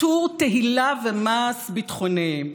עטור תהילה ומעש ביטחוניים,